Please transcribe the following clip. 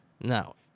Now